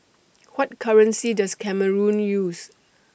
What currency Does Cameroon use